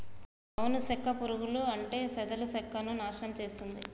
అను సెక్క పురుగులు అంటే చెదలు సెక్కను నాశనం చేస్తుంది